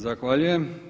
Zahvaljujem.